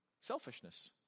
Selfishness